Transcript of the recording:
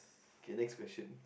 okay next question